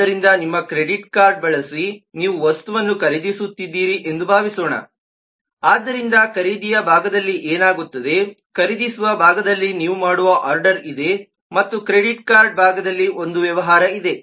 ಆದ್ದರಿಂದ ನಿಮ್ಮ credit card ಬಳಸಿ ನೀವು ವಸ್ತುವನ್ನು ಖರೀದಿಸುತ್ತಿದ್ದೀರಿ ಎಂದು ಭಾವಿಸೋಣ ಆದ್ದರಿಂದ ಖರೀದಿಯ ಭಾಗದಲ್ಲಿ ಏನಾಗುತ್ತದೆ ಖರೀದಿಸುವ ಭಾಗದಲ್ಲಿ ನೀವು ಮಾಡುವ ಆರ್ಡರ್ ಇದೆ ಮತ್ತು ಕ್ರೆಡಿಟ್ ಕಾರ್ಡ್ ಭಾಗದಲ್ಲಿ ಒಂದು ವ್ಯವಹಾರ ಇದೆ